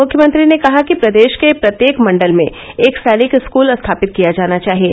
मुख्यमंत्री ने कहा कि प्रदेश के प्रत्येक मंडल में एक सैनिक स्कूल स्थापित किया जाना चाहिए